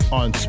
on